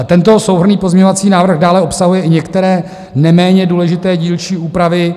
Tento souhrnný pozměňovací návrh dále obsahuje i některé neméně důležité dílčí úpravy.